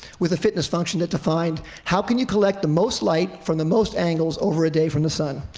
with a fitness function that defined how can you collect the most light, from the most angles, over a day, from the sun.